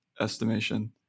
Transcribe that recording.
estimation